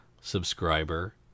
subscriber